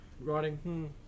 writing